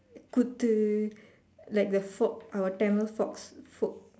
kuthu like the folk our Tamil forks folk